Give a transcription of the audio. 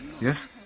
Yes